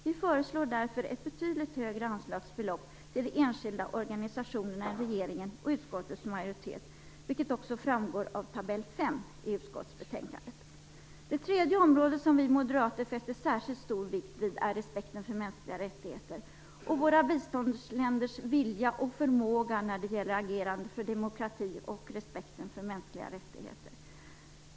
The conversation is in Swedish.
Vi föreslår därför ett betydligt högre anslagsbelopp till de enskilda organisationerna än regeringen och utskottets majoritet, vilket också framgår av tabell Det tredje område som vi moderater fäster särskilt stor vikt vid är respekten för mänskliga rättigheter och våra biståndsländers vilja och förmåga när det gäller agerande för demokrati och respekten för mänskliga rättigheter.